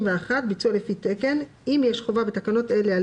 ביצוע לפי תקן 31. אם יש חובה בתקנות אלה על